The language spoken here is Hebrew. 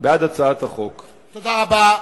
תודה רבה.